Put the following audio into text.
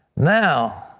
now,